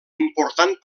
important